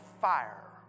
fire